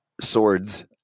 swords